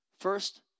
First